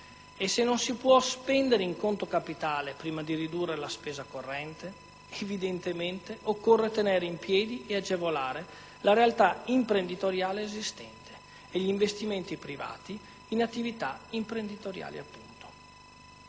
Se non si può spendere in conto capitale prima di ridurre la spesa corrente, occorre evidentemente tenere in piede e agevolare la realtà imprenditoriale esistente e gli investimenti privati in attività imprenditoriali.